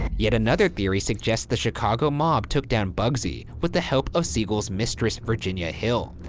yet another theory suggests the chicago mob took down bugsy with the help of siegel's mistress virginia hill.